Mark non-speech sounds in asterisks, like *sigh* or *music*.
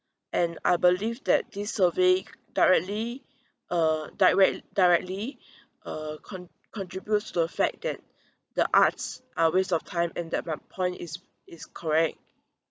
and I believe that this survey directly uh directl~ directly *breath* uh con~ contribute to the fact that the arts are a waste of time and that my point is is correct